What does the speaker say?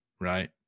right